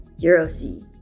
EuroC